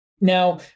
Now